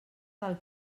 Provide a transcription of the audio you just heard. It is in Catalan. del